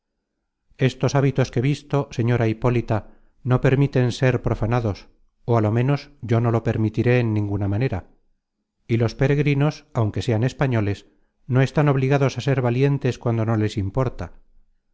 estos hábitos que visto señora hipólita no permiten ser profanados ó á lo menos yo no lo permitiré en ninguna manera y los peregrinos aunque sean españoles no están obligados á ser valientes cuando no les importa